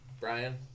Brian